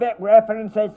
references